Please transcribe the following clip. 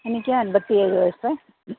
എനിക്ക് അൻപത്തി ഏഴ് വയസ്സ്